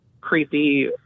creepy